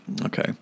Okay